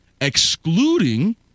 Excluding